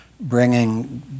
bringing